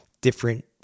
different